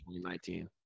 2019